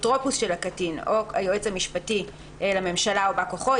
אפוטרופוס של הקטין או היועץ המשפטי לממשלה או בא כוחו,